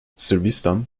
sırbistan